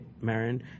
Marin